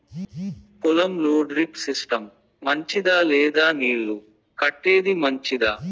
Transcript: పొలం లో drip system మంచిదా లేదా నీళ్లు కట్టేది మంచిదా?